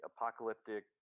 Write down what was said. apocalyptic